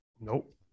Nope